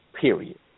period